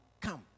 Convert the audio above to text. come